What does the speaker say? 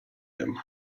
him